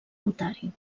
lotari